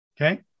Okay